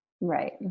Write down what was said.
Right